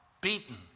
beaten